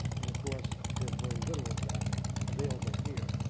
and of course, there's very little of that available here.